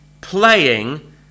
playing